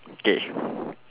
K